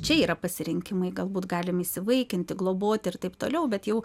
čia yra pasirinkimai galbūt galim įsivaikinti globoti ir taip toliau bet jau